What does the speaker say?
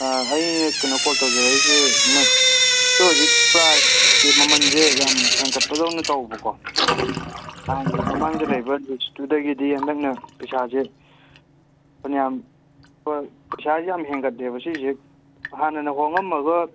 ꯑꯩ ꯀꯩꯅꯣ ꯀꯣꯜ ꯇꯧꯖꯔꯛꯏꯁꯦ ꯑꯃ ꯑꯩꯈꯣꯏ ꯍꯧꯖꯤꯛ ꯄ꯭ꯔꯥꯏꯁꯀꯤ ꯃꯃꯟꯁꯦ ꯌꯥꯝ ꯍꯦꯟꯒꯠꯄꯗꯧꯅ ꯇꯧꯕꯀꯣ ꯍꯥꯟꯅ ꯃꯃꯥꯡꯗ ꯂꯩꯕ ꯂꯤꯁꯇꯨꯗꯒꯤꯗꯤ ꯍꯟꯗꯛꯅ ꯄꯩꯁꯥꯁꯦ ꯐꯅꯌꯥꯝ ꯄꯩꯁꯥꯁꯦ ꯌꯥꯝ ꯍꯦꯟꯒꯠꯂꯦꯕ ꯁꯤꯁꯦ ꯍꯥꯟꯅꯅ ꯍꯣꯡꯉꯝꯃꯒ